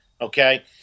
Okay